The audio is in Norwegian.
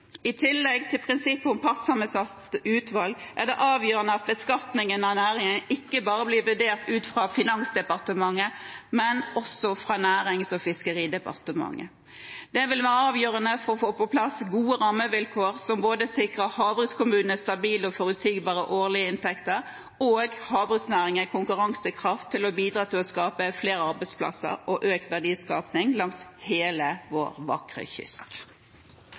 I tillegg til prinsippet om partssammensatt utvalg er det avgjørende at beskatningen av næringen ikke bare blir vurdert av Finansdepartementet, men også av Nærings- og fiskeridepartementet. Det vil være avgjørende for å få på plass gode rammevilkår som både sikrer havbrukskommunene stabile og forutsigbare årlige inntekter, og havbruksnæringen konkurransekraft til å bidra til å skape flere arbeidsplasser og økt verdiskaping langs hele vår vakre kyst.